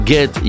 Get